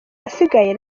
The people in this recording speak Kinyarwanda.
ahasigaye